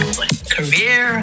Career